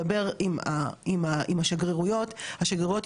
השגרירויות ישמחו לנסות וליצור קשר עם העובדים האלה.